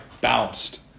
bounced